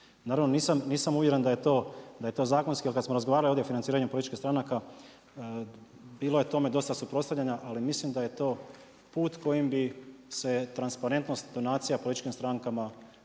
Naravno nisam uvjeren da je to zakonski, ali kad smo razgovarali ovdje o financiranju političkih stranaka bilo je tome dosta suprotstavljanja, ali mislim da je to put kojim bi se transparentnost donacija političkim strankama